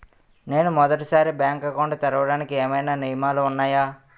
నేను మొదటి సారి బ్యాంక్ అకౌంట్ తెరవడానికి ఏమైనా నియమాలు వున్నాయా?